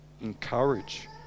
encourage